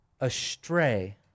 astray